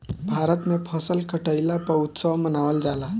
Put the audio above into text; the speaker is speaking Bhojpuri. भारत में फसल कटईला पअ उत्सव मनावल जाला